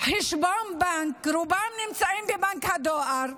חשבון בנק, רובם נמצאים בבנק הדואר,